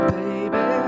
baby